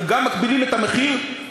אנחנו גם מגבילים את המחיר, מונופול.